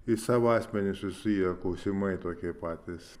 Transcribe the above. į savo asmenį susiję klausimai tokie patys